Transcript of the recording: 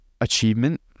achievement